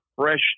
fresh